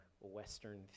Western